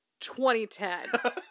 2010